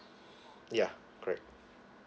yeah correct